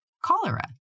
cholera